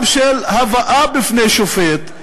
גם של הבאה בפני שופט,